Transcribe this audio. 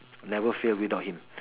never fail without him